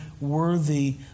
worthy